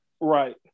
right